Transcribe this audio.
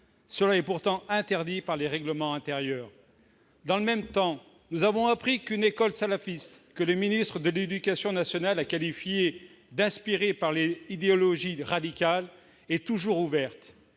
qui est pourtant interdit par les règlements intérieurs. Dans le même temps, nous avons appris qu'une école salafiste que le ministre de l'éducation nationale a décrite comme « inspirée par des idéologies radicales » est toujours ouverte.